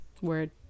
Word